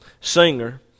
singer